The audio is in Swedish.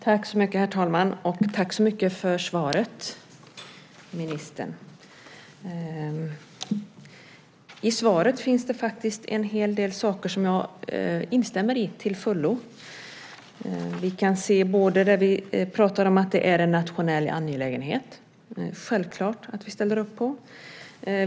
Herr talman! Tack så mycket för svaret, ministern. I svaret finns det faktiskt en hel del saker som jag instämmer i till fullo. Vi talar om att det är en nationell angelägenhet. Det är självklart att vi ställer upp på det.